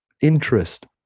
interest